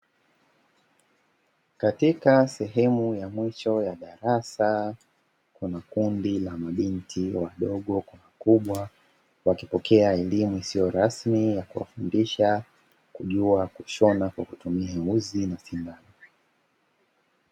Katika sehemu ya mwisho ya darasa, kuna kundi la mabinti wadogo kwa wakubwa. Wakipokea elimu isyo rasmi ya kuwafundisha kujua kushona kwa kutumia uzi na sindano.